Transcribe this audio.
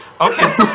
Okay